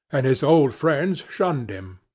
and his old friends shunned him.